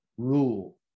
rule